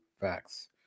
Facts